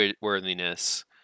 worthiness